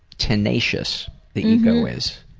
tenacious the ego is.